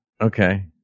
Okay